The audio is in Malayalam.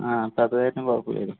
ആ അപ്പോൾ അതായാലും കുഴപ്പമില്ലല്ലൊ